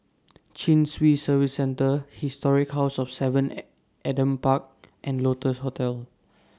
Chin Swee Service Centre Historic House of seven At Adam Park and Lotus Hostel